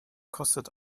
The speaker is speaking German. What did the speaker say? kostet